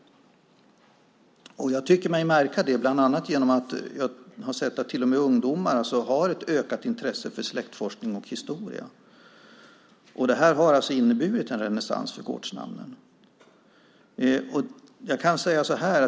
Jag tycker mig märka det bland annat genom att ungdomar visar ett ökat intresse för släktforskning och historia. Det har inneburit en renässans för gårdsnamnen.